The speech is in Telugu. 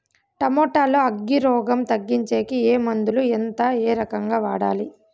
టమోటా లో అగ్గి రోగం తగ్గించేకి ఏ మందులు? ఎంత? ఏ రకంగా వాడాలి?